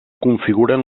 configuren